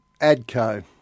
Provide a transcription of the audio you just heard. ADCO